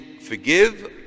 forgive